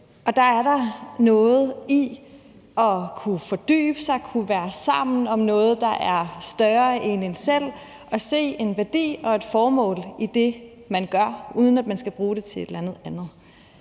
Og der er der noget i at kunne fordybe sig, kunne være sammen om noget, der er større end en selv, og se en værdi i og et formål med det, man gør, uden at man skal bruge det til et eller andet andet.